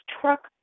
truck